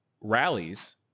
rallies